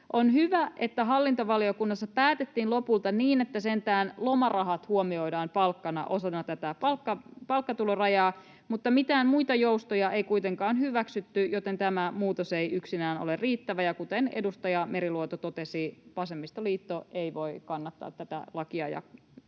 On hyvä, että hallintovaliokunnassa päätettiin lopulta niin, että sentään lomarahat huomioidaan osana tätä palkkatulorajaa, mutta mitään muita joustoja ei kuitenkaan hyväksytty, joten tämä muutos ei yksinään ole riittävä. Kuten edustaja Meriluoto totesi, vasemmistoliitto ei voi kannattaa tätä lakia, ja